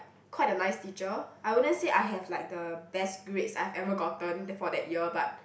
quite a nice teacher I wouldn't say I have like the best grades I've ever gotten for that year but